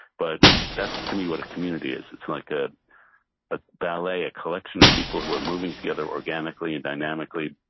but that's, to me, what a community is. it's like ah a ballet, a collection of people who are moving together organically and dynamically,